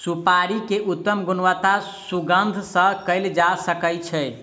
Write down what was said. सुपाड़ी के उत्तम गुणवत्ता सुगंध सॅ कयल जा सकै छै